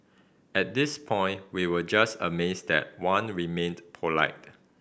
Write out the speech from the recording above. at this point we were just amazed that Wan remained polite